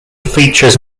features